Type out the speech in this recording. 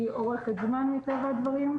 היא אורכת זמן מטבע הדברים.